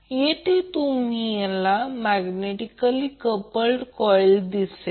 जिथे तुम्हाला magnetically coupled coil दिसेल